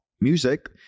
music